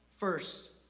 First